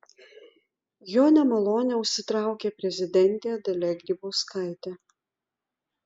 jo nemalonę užsitraukė prezidentė dalia grybauskaitė